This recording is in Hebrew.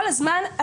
כל הזמן,